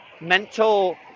mental